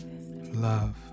Love